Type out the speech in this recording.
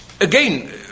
Again